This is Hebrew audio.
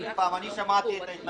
עוד פעם, אני שמעתי את ההתנגדות.